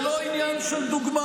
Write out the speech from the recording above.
זה לא עניין של דוגמאות,